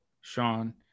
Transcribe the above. Sean